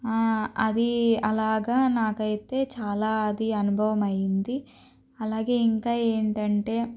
అది అలాగ నాకైతే చాలా అది అనుభవం అయింది అలాగే ఇంకా ఏంటంటే